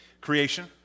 creation